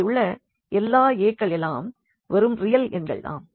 இங்கே உள்ள எல்லா a க்களெல்லாம் வெறும் ரியல் எண்கள் தான்